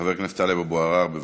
חבר הכנסת טלב אבו עראר, בבקשה.